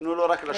תנו לו לשבת.